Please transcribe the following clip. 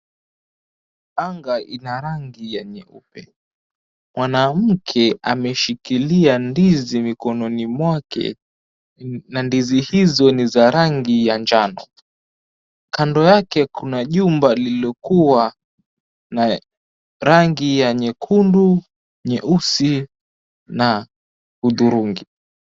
Anga ina rangi ya nyeupe. Mwanamke ameshikilia ndizi mikononi mwake na ndizi hizo ni za rangi ya njano. Kando yake kuna jumba lililokuwa na rangi ya nyekundu, nyeusi na hudhurungi.